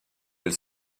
elle